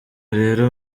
rero